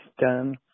done